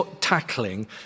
tackling